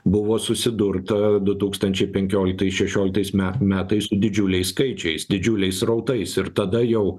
buvo susidurta du tūkstančiai penkioliktais šešioliktais me metais didžiuliais skaičiais didžiuliais srautais ir tada jau